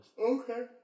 Okay